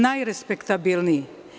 Najrespektabilniji.